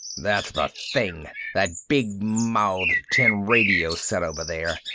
that's the thing. that big-mouthed tin radio set over there.